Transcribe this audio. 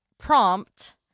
prompt